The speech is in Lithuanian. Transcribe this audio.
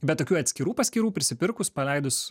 bet tokių atskirų paskyrų prisipirkus paleidus